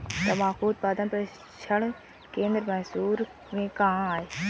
तंबाकू उत्पादन प्रशिक्षण केंद्र मैसूर में कहाँ है?